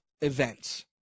events